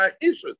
issues